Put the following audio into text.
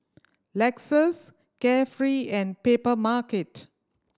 Lexus Carefree and Papermarket